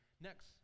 Next